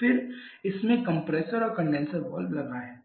फिर इसमें कंप्रेसर और कंडेनसर वाल्व लगा है